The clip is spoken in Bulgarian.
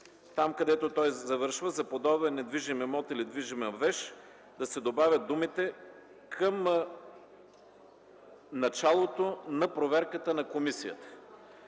Там, където той завършва: „за подобен недвижим имот или движима вещ”, да се добавят думите „към началото на проверката на комисията”.